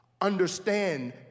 understand